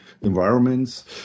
environments